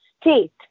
state